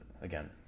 again